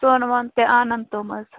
سۄن وۄن تہٕ اَنَن تِم حظ